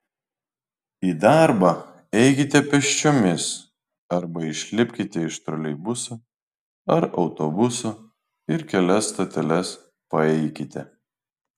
į darbą eikite pėsčiomis arba išlipkite iš troleibuso ar autobuso ir kelias stoteles paeikite